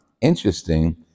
interesting